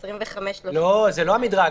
לא, זה לא המדרג.